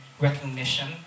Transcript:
recognition